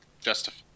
justify